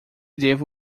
devo